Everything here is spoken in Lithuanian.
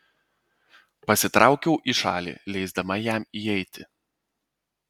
pasitraukiau į šalį leisdama jam įeiti